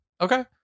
okay